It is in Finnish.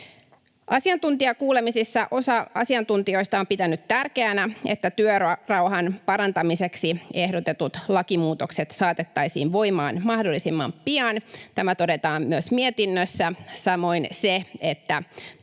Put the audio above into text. Asiantuntijakuulemisissa osa asiantuntijoista on pitänyt tärkeänä, että työrauhan parantamiseksi ehdotetut lakimuutokset saatettaisiin voimaan mahdollisimman pian. Tämä todetaan myös mietinnössä,